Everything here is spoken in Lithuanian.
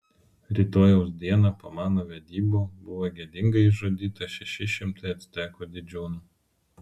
rytojaus dieną po mano vedybų buvo gėdingai išžudyta šeši šimtai actekų didžiūnų